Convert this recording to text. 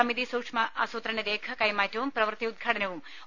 സമിതി സൂക്ഷ്മാസൂത്രണ രേഖ കൈമാറ്റവും പ്രവർത്തി ഉദ്ഘാടനവും ഒ